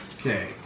Okay